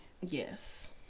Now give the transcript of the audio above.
Yes